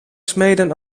smeden